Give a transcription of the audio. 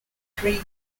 three